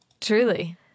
truly